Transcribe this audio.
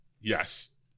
Yes